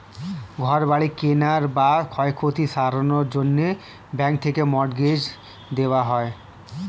ঘর বাড়ি কেনার বা ক্ষয়ক্ষতি সারানোর জন্যে ব্যাঙ্ক থেকে মর্টগেজ দেওয়া হয়